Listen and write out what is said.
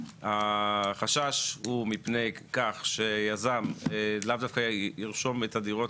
החשש הוא מפני כך שיזם לאו דווקא ירשום את הדירות